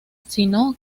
sino